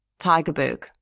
Tigerberg